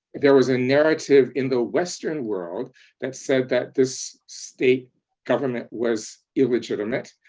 there was a narrative in the western world that said that this state government was illegitimate.